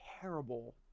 terrible